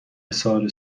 حصار